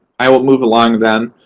i will move along, then,